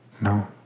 No